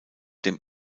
dem